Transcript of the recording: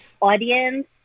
audience